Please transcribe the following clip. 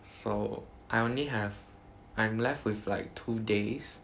so I only have I'm left with like two days